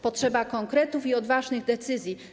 Potrzeba konkretów i odważnych decyzji.